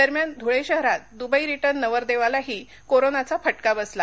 दरम्यान धुळे शहरात Dubai return नवरदेवालाही कोरोनाचा फटका बसला